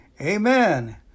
Amen